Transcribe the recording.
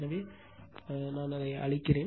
எனவே இப்போது அதை அழிக்கவும்